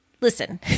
listen